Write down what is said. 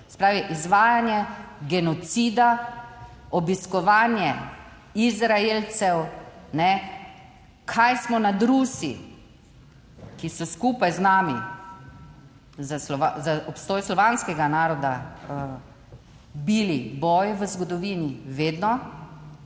pravi izvajanje genocida, obiskovanje Izraelcev, kajne, kaj smo nad Rusi, ki so skupaj z nami za obstoj slovanskega naroda bili boje v zgodovini, vedno,